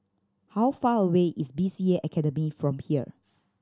how far away is B C A Academy from here